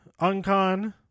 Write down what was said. Uncon